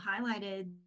highlighted